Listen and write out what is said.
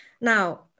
Now